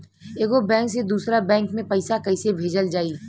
एगो बैक से दूसरा बैक मे पैसा कइसे भेजल जाई?